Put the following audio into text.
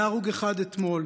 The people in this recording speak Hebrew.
היה הרוג אחד אתמול,